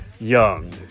young